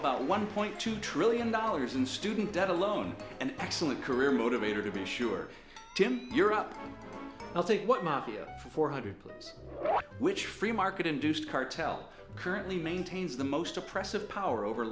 about one point two trillion dollars in student debt alone an excellent career motivator to be sure jim you're up i'll take what mafia four hundred plus which free market induced cartel currently maintains the most oppressive power over